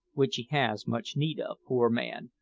which he has much need of, poor man,